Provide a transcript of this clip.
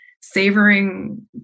savoring